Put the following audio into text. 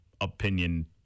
opinion